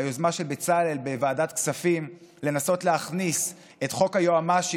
היוזמה של בצלאל בוועדת כספים לנסות להכניס את חוק היועמ"שים